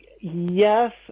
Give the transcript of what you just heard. Yes